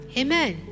amen